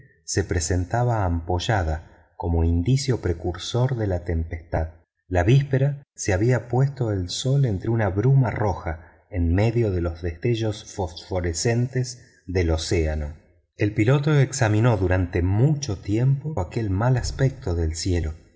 se presentaba ampollada como indicio precursor de la tempestad la víspera se había puesto el sol entre una bruma roja en medio de los destellos fosforescentes del océano el piloto examinó durante mucho tiempo aquel mal aspecto del cielo